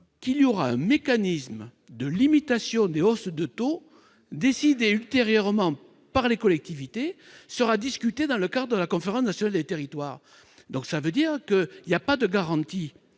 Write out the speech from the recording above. qu'un mécanisme de limitation des hausses de taux décidées ultérieurement par les collectivités sera discuté dans le cadre de la Conférence nationale des territoires. Cela signifie qu'il n'est pas garanti